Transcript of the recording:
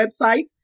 website